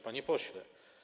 Panie Pośle!